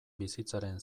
bizitzaren